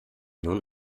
nun